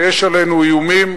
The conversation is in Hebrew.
ויש עלינו איומים,